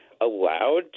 allowed